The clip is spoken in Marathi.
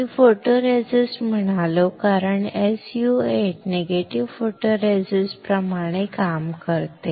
मी फोटोरेसिस्ट म्हणालो कारण SU 8 नीगेटिव्ह फोटोरेसिस्ट प्रमाणे काम करते